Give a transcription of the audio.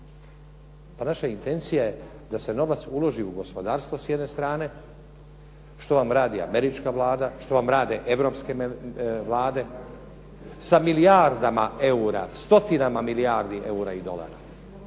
Pa naša intencija je da se novac uloži u gospodarstvo s jedne strane, što vam radi američka vlada, što vam rade europske vlade sa milijardama eura, stotinama milijardi eura i dolara.